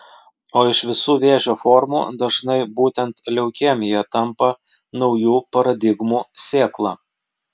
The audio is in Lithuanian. o iš visų vėžio formų dažnai būtent leukemija tampa naujų paradigmų sėkla